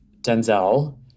Denzel